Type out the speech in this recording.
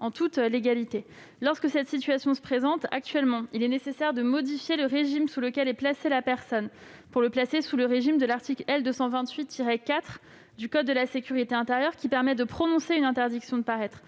Actuellement, lorsqu'une telle situation se présente, il est nécessaire de modifier le régime sous lequel est placée la personne pour la placer sous celui de l'article L. 228-4 du code de la sécurité intérieure, qui permet de prononcer une interdiction de paraître.